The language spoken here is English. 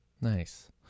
nice